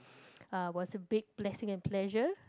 uh was a big blessing and pleasure